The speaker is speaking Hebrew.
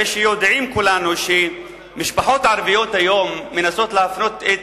הרי יודעים כולנו שהיום משפחות ערביות מנסות להפנות את